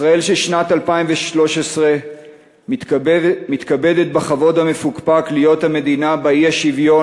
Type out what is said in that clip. ישראל של שנת 2013 מתכבדת בכבוד המפוקפק להיות המדינה שבה האי-שוויון